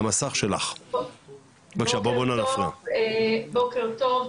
בוקר טוב,